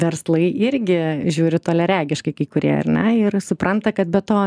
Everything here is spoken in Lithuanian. verslai irgi žiūri toliaregiškai kai kurie ar ne ir supranta kad be to